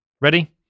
Ready